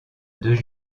deux